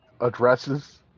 Addresses